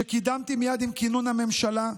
שקידמתי מייד עם כינון הממשלה,